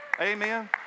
Amen